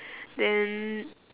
then